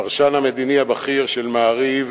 הפרשן המדיני הבכיר של "מעריב"